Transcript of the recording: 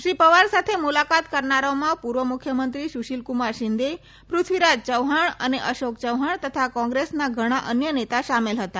શ્રી પવાર સાથે મુલાકાત કરનારાઓમાં પુર્વ મુખ્યમંત્રી સુશીલકુમાર શિંદે પૃથ્વીરાજ ચૌહાણ અને અશોક ચૌહાણ તથા કોંગ્રેસના ઘણા અન્ય નેતા સામેલ હતા